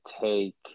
take